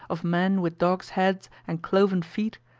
of men with dogs' heads and cloven feet,